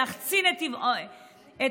להחצין את תיעובם,